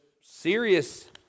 serious